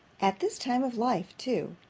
at this time of life too.